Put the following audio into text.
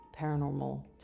Paranormal